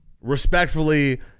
respectfully